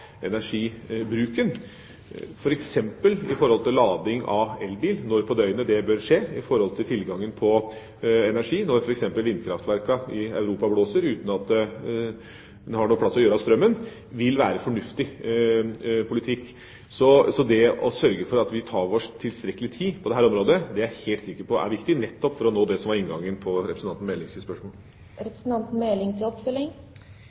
energibruken – f.eks. ved lading av elbil og når på døgnet det bør skje med tanke på tilgangen på energi, og når f.eks. vindkraftverkene i Europa blåser uten at en har noe sted å gjøre av strømmen – vil være en fornuftig politikk. Så det å sørge for at vi tar oss tilstrekkelig tid på dette området, er jeg helt sikker på er viktig, nettopp for å nå det som var inngangen på representanten Melings spørsmål.